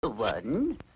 One